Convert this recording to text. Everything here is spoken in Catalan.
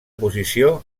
posició